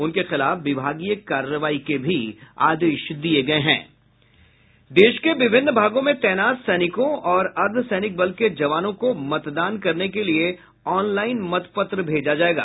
उनके खिलाफ विभागीय कार्रवाई के भी आदेश दिये गये हैं देश के विभिन्न भागों में तैनात सैनिक और अर्द्वसैनिक बल के जवानों को मतदान करने के लिये ऑनलाइन मतपत्र भेजा जायेगा